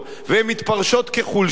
והן מתפרשות כחולשה,